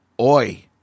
Oi